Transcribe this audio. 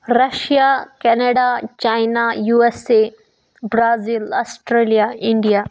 Russia Canada China USA Brazil Australia India